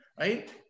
right